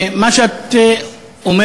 מה שאת אומרת,